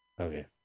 Okay